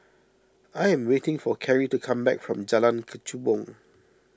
I am waiting for Karrie to come back from Jalan Kechubong